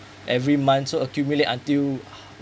every month so accumulate until